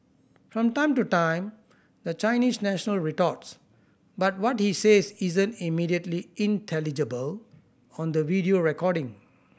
from time to time the Chinese national retorts but what he says isn't immediately intelligible on the video recording